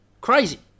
Crazy